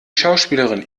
schauspielerin